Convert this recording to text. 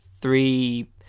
three